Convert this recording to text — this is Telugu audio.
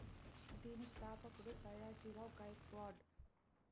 దీని స్థాపకుడు సాయాజీ రావ్ గైక్వాడ్